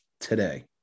today